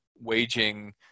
waging